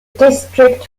district